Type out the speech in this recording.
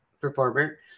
performer